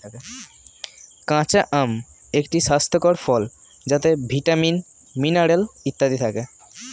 কাঁচা আম একটি স্বাস্থ্যকর ফল যাতে ভিটামিন, মিনারেল ইত্যাদি থাকে